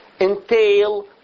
entail